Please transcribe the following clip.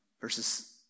Verses